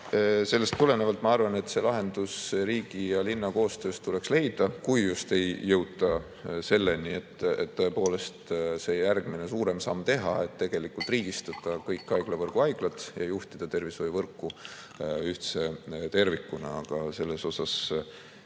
Sellest tulenevalt ma arvan, et lahendus riigi ja linna koostöös tuleks leida, kui just ei jõuta selleni, et tõepoolest see järgmine suurem samm teha ja tegelikult riigistada kõik haiglavõrgu haiglad ja juhtida tervishoiuvõrku ühtse tervikuna. Selles suhtes